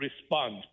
respond